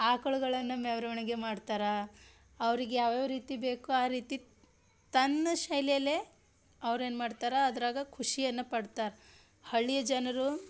ಆಕಳುಗಳನ್ನು ಮೆರವಣಿಗೆ ಮಾಡ್ತಾರ ಅವ್ರಿಗೆ ಯಾವ್ಯಾವ ರೀತಿ ಬೇಕು ಆ ರೀತಿ ತನ್ನ ಶೈಲಿಯಲ್ಲೇ ಅವ್ರೇನು ಮಾಡ್ತಾರೆ ಅದರಾಗ ಖುಷಿಯನ್ನು ಪಡ್ತಾರೆ ಹಳ್ಳಿಯ ಜನರು